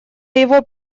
его